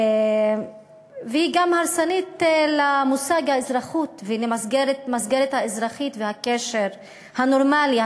היא גם הרסנית למושג האזרחות ולמסגרת האזרחית והקשר הנורמלי,